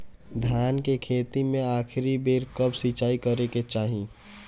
धान के खेती मे आखिरी बेर कब सिचाई करे के चाही?